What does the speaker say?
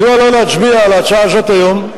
ואני אומר: לא להצביע על ההצעה הזו היום,